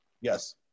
Yes